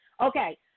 Okay